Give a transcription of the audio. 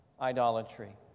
idolatry